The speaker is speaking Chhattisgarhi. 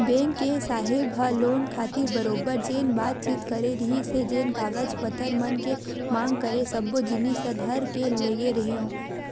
बेंक के साहेब ह लोन खातिर बरोबर जेन बातचीत करे रिहिस हे जेन कागज पतर मन के मांग करे सब्बो जिनिस ल धर के लेगे रेहेंव